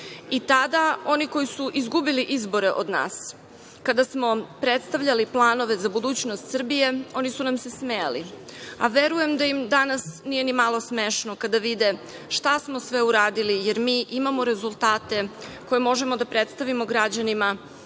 i tada oni koji su izgubili izbore od nas, kada smo predstavljali planove za budućnost Srbije, oni su nam se smejali, a verujem da im danas ni malo nije smešno kada vide šta smo sve uradili, jer mi imamo rezultate koje možemo da predstavimo građanima,